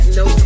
no